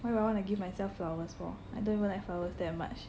why would I want to give myself flowers for I don't even like flowers that much